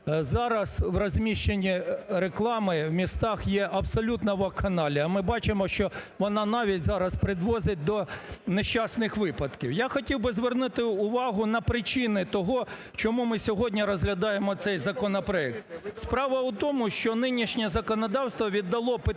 зараз в розміщенні реклами в містах є абсолютна вакханалія. Ми бачимо, що вона навіть зараз призводить до нещасних випадків. Я хотів би звернути увагу на причини того, чому ми сьогодні розглядаємо цей законопроект. Справа в тому, що нинішнє законодавство віддало питання